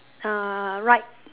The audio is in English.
uh right